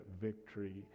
VICTORY